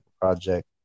project